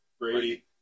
Brady